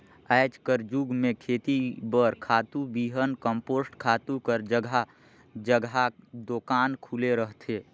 आएज कर जुग में खेती बर खातू, बीहन, कम्पोस्ट खातू कर जगहा जगहा दोकान खुले रहथे